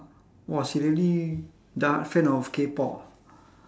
!wah! she really the fan of K-pop ah